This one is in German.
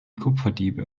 kupferdiebe